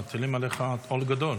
מטילים עליך עול גדול,